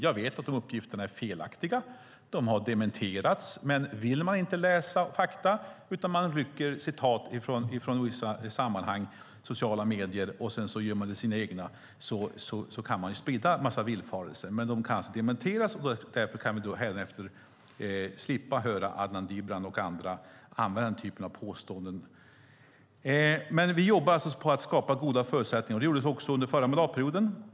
Jag vet att de uppgifterna är felaktiga. De har dementerats, men vill man inte läsa fakta och i stället rycker citat från olika sammanhang och sociala medier och gör dem till sina egna kan man sprida en massa villfarelser. De kan dock dementeras, och därför kan vi hädanefter slippa höra Adnan Dibrani och andra göra den typen av påståenden. Vi jobbar alltså på att skapa goda förutsättningar. Det gjordes också under förra mandatperioden.